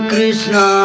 Krishna